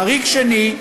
חריג שני,